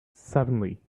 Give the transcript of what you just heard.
suddenly